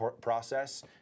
process